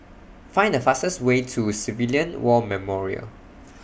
Find The fastest Way to Civilian War Memorial